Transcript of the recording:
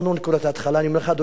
אני אומר לך, אדוני השר, בעצב: